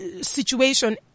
situation